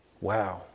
Wow